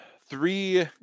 three